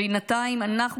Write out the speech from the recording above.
בינתיים אנחנו,